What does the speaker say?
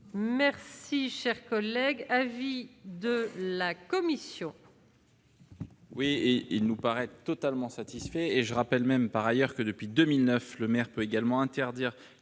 Merci, cher collègue, avis de la commission.